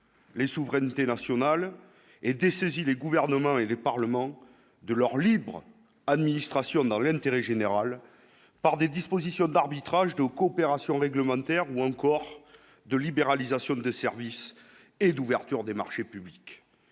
les souverainetés nationales et dessaisit les gouvernements et les parlements de leur libre administration dans l'intérêt général, par des dispositions d'arbitrage de coopération réglementaire ou encore de libéralisation des services et d'ouverture des marchés publics,